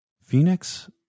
Phoenix